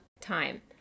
time